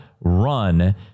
run